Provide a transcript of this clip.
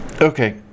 Okay